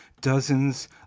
dozens